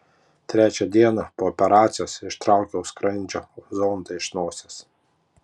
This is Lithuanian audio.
trečią dieną po operacijos ištraukiau skrandžio zondą iš nosies